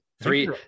Three